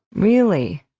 really?